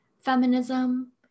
feminism